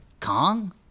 Kong